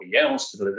else